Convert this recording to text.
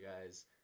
guys